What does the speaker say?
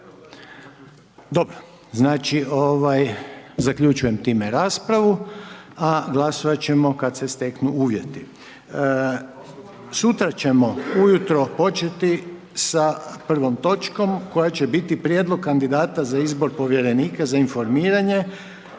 Dobro, znači zaključujem tim raspravu a glasovati ćemo kada se steknu uvjeti. Sutra ćemo ujutro početi sa prvom točkom koja će biti Prijedlog kandidata za izbor povjerenika za informiranje,